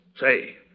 Say